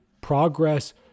progress